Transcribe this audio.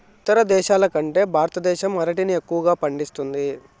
ఇతర దేశాల కంటే భారతదేశం అరటిని ఎక్కువగా పండిస్తుంది